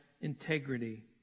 integrity